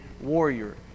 warrior